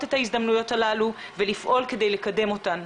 את ההזדמנויות הללו ולפעול כדי לקדם אותן.